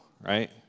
right